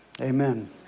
amen